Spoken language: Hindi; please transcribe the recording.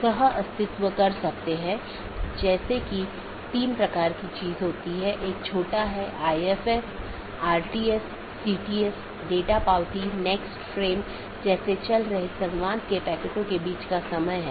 इसलिए दूरस्थ सहकर्मी से जुड़ी राउटिंग टेबल प्रविष्टियाँ अंत में अवैध घोषित करके अन्य साथियों को सूचित किया जाता है